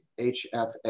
HFA